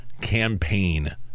campaign